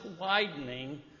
widening